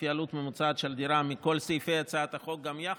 לפי עלות ממוצעת של דירה מכל סעיפי הצעת החוק גם יחד,